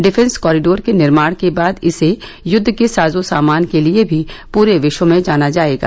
defence corridor के निर्माण के बाद इसे युद्ध के साजो सामान के लिये भी पूरे विश्व में जाना जायेगा